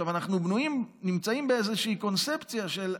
אנחנו בנויים, נמצאים באיזושהי קונספציה של: